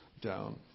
down